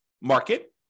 market